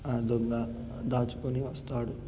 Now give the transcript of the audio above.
ఆ దొంగ దాచుకొని వస్తాడు